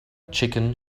chicken